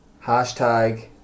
Hashtag